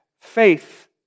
Faith